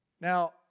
Now